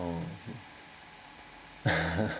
oh